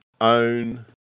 own